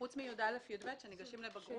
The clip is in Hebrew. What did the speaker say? פרט לכיתות י"א-י"ב, שהתלמידים ניגשים לבגרות.